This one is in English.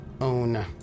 own